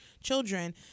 children